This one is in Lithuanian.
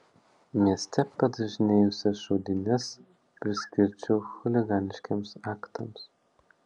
mieste padažnėjusias šaudynes priskirčiau chuliganiškiems aktams